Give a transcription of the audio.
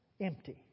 empty